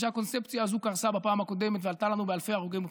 כשהקונספציה הזו קרסה בפעם הקודמת ועלתה לנו באלפי הרוגים ופצועים.